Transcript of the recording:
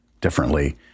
differently